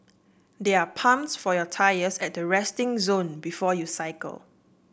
there are pumps for your tyres at the resting zone before you cycle